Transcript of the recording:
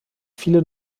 viele